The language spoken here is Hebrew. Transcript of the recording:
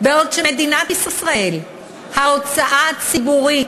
בעוד במדינת ישראל ההוצאה הציבורית